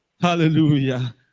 Hallelujah